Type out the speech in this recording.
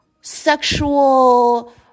sexual